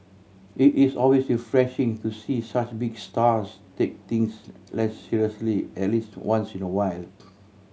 it is always refreshing to see such big stars take things less seriously at least once in a while